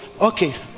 okay